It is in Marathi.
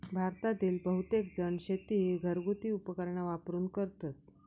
भारतातील बहुतेकजण शेती ही घरगुती उपकरणा वापरून करतत